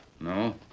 No